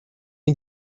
you